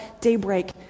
Daybreak